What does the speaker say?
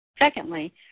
Secondly